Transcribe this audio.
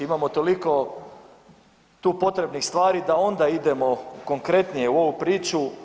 Imamo toliko tu potrebnih stvari da onda idemo konkretnije u ovu priču.